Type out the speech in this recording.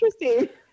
interesting